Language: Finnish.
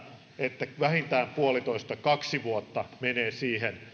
että vähintään puolitoista kaksi vuotta menee siihen